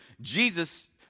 Jesus